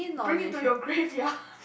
bring it to your graveyard